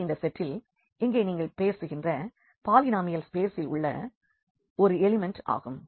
இது இந்த செட்டில் இங்கே நீங்கள் பேசுகின்ற பாலினாமியல் ஸ்பேசில் உள்ள இது ஒரு எலிமெண்ட் ஆகும்